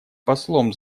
послом